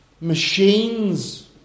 machines